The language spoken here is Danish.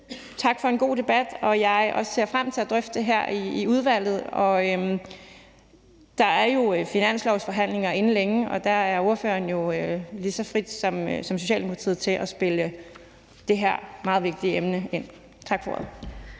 tak for en god debat. Jeg ser frem til at drøfte det her i udvalget. Der er finanslovsforhandlinger inden længe, og der er ordføreren jo lige så fri, som Socialdemokratiet er, til at spille det her meget vigtige emne ind. Tak for ordet.